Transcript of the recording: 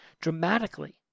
dramatically